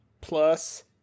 plus